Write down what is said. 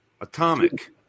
atomic